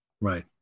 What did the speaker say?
Right